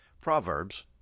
Proverbs